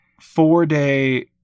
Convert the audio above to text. four-day